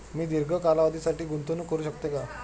मी दीर्घ कालावधीसाठी गुंतवणूक करू शकते का?